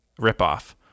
ripoff